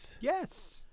Yes